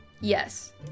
yes